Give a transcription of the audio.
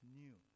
new